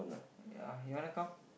ya you wanna come